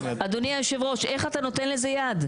אדוני היושב ראש, איך אתה נותן לזה יד?